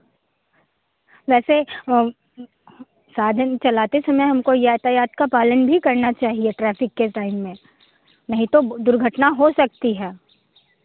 वैसे साधन चलाते समय हमको यातायात का पालन भी करना चाहिए ट्रैफिक के टाइम में नहीं तो दुर्घटना हो सकती है